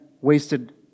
wasted